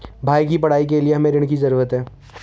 भाई की पढ़ाई के लिए हमे ऋण की जरूरत है